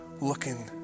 looking